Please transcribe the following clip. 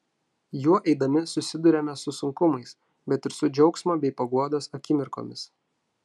juo eidami susiduriame su sunkumais bet ir su džiaugsmo bei paguodos akimirkomis